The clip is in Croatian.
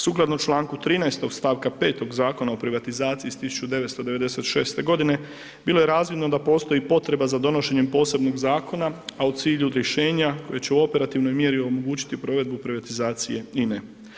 Sukladno čl. 13. st. 5. Zakona o privatizaciji iz 1996.g. bilo je razvidno da postoji potreba za donošenjem Posebnog zakona, a u cilju rješenja koje će u operativnoj mjeri omogućiti provedbu privatizacije INA-e.